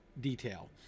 detail